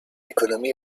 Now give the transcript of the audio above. economy